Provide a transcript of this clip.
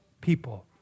people